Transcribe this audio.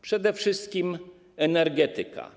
Przede wszystkim energetyka.